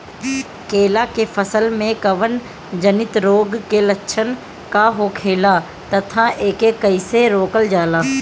केला के फसल में कवक जनित रोग के लक्षण का होखेला तथा एके कइसे रोकल जाला?